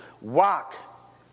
walk